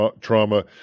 trauma